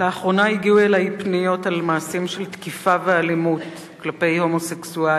לאחרונה הגיעו אלי פניות על מעשים של תקיפה ואלימות כלפי הומוסקסואלים